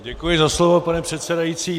Děkuji za slovo, pane předsedající.